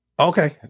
Okay